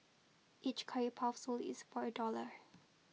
each curry puff sold is for a dollar